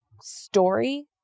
story